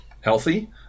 healthy